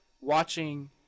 watching